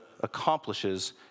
accomplishes